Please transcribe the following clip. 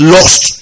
Lost